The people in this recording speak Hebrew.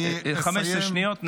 15 שניות.